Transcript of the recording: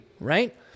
right